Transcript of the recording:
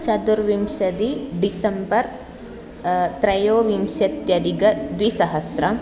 चतुर्विंशतिः डिसेम्बर् त्रयोविंशत्यधिकद्विसहस्रम्